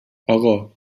اقا